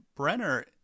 Brenner